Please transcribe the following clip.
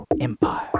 Empire